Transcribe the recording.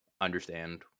understand